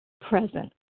present